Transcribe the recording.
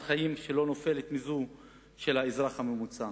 חיים שלא נופלת מזו של האזרח הממוצע.